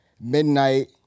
Midnight